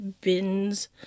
bins